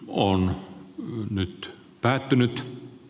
on mulla nyt päättynyt i